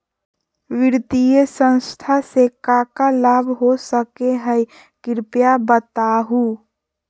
वित्तीय संस्था से का का लाभ हो सके हई कृपया बताहू?